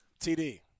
TD